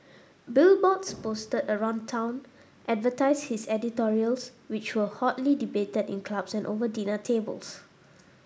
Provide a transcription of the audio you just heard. billboards posted around town advertised his editorials which were hotly debated in clubs and over dinner tables